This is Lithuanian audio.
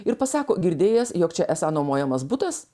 ir pasako girdėjęs jog čia esą nuomojamas butas